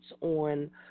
on